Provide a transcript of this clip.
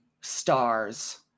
stars